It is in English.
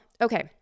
Okay